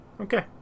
Okay